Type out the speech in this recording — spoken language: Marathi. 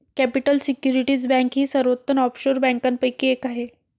कॅपिटल सिक्युरिटी बँक ही सर्वोत्तम ऑफशोर बँकांपैकी एक आहे